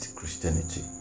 Christianity